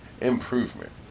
improvement